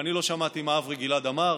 ואני לא שמעתי מה אברי גלעד אמר.